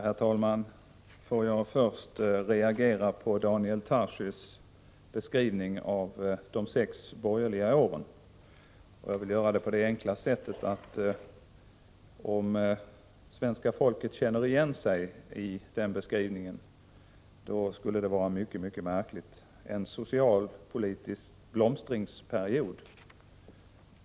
Herr talman! Låt mig först reagera på Daniel Tarschys beskrivning av de sex borgerliga åren! Jag vill göra det genom att säga att det vore mycket märkligt om svenska folket kände igen sig i den beskrivningen: en socialpolitisk blomstringsperiod!